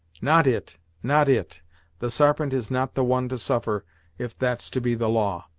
not it not it the sarpent is not the one to suffer if that's to be the law.